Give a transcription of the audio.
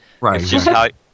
Right